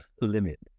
limit